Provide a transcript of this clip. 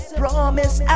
promise